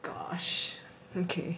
gosh okay